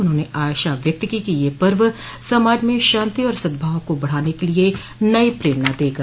उन्होंने आशा व्यक्त को कि यह पर्व समाज में शांति और सद्भाव को बढ़ाने के लिये नई प्रेरणा देगा